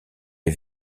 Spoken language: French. les